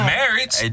Marriage